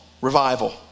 revival